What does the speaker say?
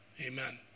Amen